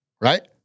right